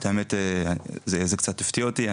את האמת זה קצת הפתיע אותי,